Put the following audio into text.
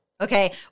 Okay